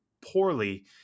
poorly